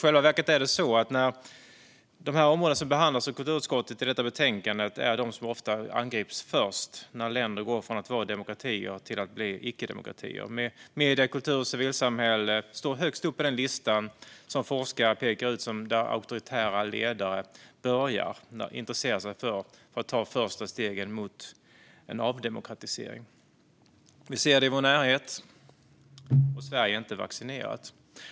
De områden som behandlas av kulturutskottet i detta betänkande är i själva verket de som ofta angrips först när länder går från att vara demokratier till att bli icke-demokratier. Medier, kultur och civilsamhälle står högst upp på den lista över områden som forskare pekar ut som dem som auktoritära ledare börjar intressera sig för när de tar de första stegen mot en avdemokratisering. Vi ser det i vår närhet, och Sverige är inte vaccinerat.